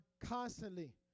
constantly